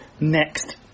next